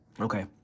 Okay